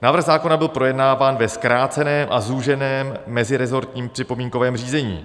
Návrh zákona byl projednáván ve zkráceném a zúženém mezirezortním připomínkovém řízení.